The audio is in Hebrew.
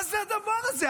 מה זה הדבר הזה?